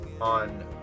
on